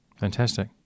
Fantastic